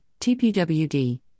TPWD